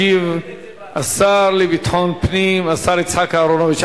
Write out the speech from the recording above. ישיב השר לביטחון פנים, השר יצחק אהרונוביץ.